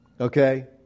Okay